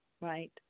right